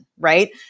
right